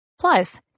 Plus